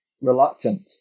reluctant